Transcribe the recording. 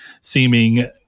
seeming